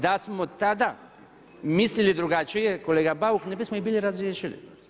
Da smo tada mislili drugačije, kolega Bauk, ne bismo ih bili razriješili.